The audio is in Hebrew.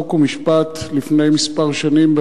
חוק ומשפט לפני כמה שנים,